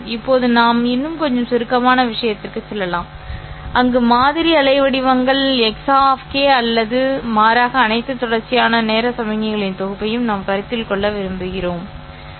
இப்போது நாம் இன்னும் கொஞ்சம் சுருக்கமான விஷயத்திற்கு செல்லலாம் அங்கு மாதிரி அலைவடிவங்கள் x k அல்ல மாறாக அனைத்து தொடர்ச்சியான நேர சமிக்ஞைகளின் தொகுப்பையும் நாம் கருத்தில் கொள்ள விரும்புகிறோம் சரி